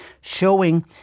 showing